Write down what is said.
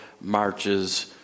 marches